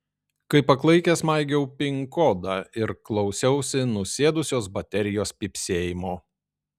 kaip paklaikęs maigiau pin kodą ir klausiausi nusėdusios baterijos pypsėjimo